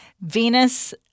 Venus